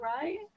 right